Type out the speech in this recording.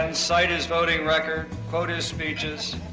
ah cite his voting record, quote his speeches,